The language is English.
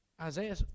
Isaiah